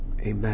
Amen